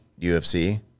UFC